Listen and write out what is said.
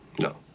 No